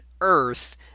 Earth